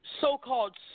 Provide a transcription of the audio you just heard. so-called